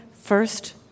First